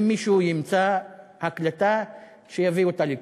אם מישהו ימצא הקלטה, שיביא אותה לכאן.